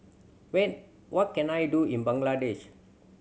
when what can I do in Bangladesh